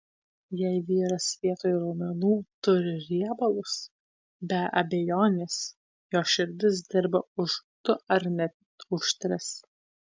jei vyras vietoj raumenų turi riebalus be abejonės jo širdis dirba už du ar net už tris